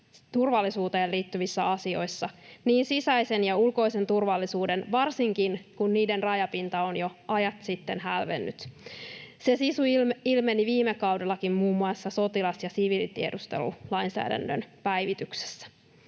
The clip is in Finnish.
turvallisuuteen liittyvissä asioissa, niin sisäisen kuin ulkoisen turvallisuuden, varsinkin kun niiden rajapinta on jo ajat sitten hälvennyt. Se sisu ilmeni viime kaudellakin muun muassa sotilas- ja siviilitiedustelulainsäädännön päivityksessä.